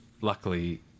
luckily